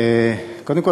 קודם כול,